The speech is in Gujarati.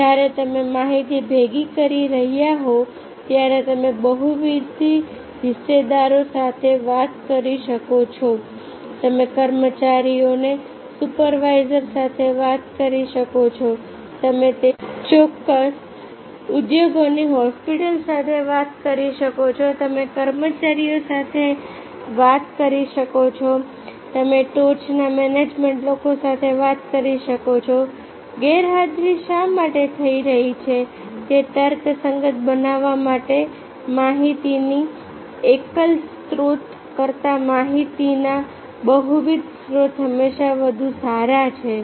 જ્યારે તમે માહિતી ભેગી કરી રહ્યા હો ત્યારે તમે બહુવિધ હિસ્સેદારો સાથે વાત કરી શકો છો તમે કર્મચારીઓના સુપરવાઇઝર સાથે વાત કરી શકો છો તમે તે ચોક્કસ ઉદ્યોગની હોસ્પિટલો સાથે વાત કરી શકો છોતમે કર્મચારીઓ સાથે જાતે વાત કરી શકો છો તમે ટોચના મેનેજમેન્ટ લોકો સાથે વાત કરી શકો છો ગેરહાજરી શા માટે થઈ રહી છે તે તર્કસંગત બનાવવા માટે માહિતીના એકલ સ્ત્રોત કરતાં માહિતીના બહુવિધ સ્ત્રોત હંમેશા વધુ સારા છે